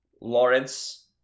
Lawrence